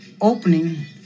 opening